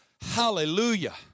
Hallelujah